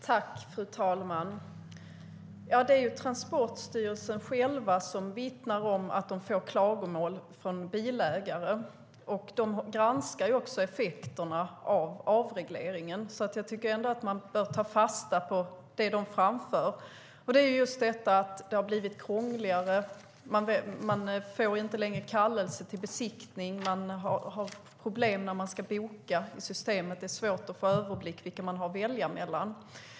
Fru talman! Det är Transportstyrelsen som vittnar om att de får klagomål från bilägare. De granskar också effekterna av avregleringen, så jag tycker att man bör ta fasta på det de framför. Det är just att det har blivit krångligare. Man får inte längre kallelse till besiktning. Man har problem när man ska boka i systemet - det är svårt att få överblick över vilka man har att välja mellan.